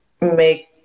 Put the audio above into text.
make